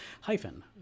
Hyphen